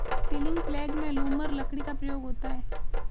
ceiling प्लेग में लूमर लकड़ी का प्रयोग होता है